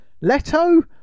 Leto